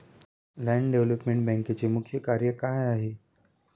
Land development बँकेचे मुख्य कार्य काय आहे?